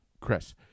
Chris